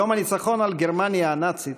יום הניצחון על גרמניה הנאצית